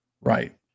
right